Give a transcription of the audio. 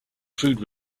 food